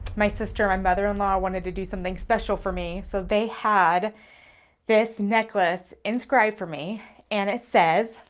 my sister and my mother in law wanted to do something special for me. so they had this necklace inscribed for me and it says,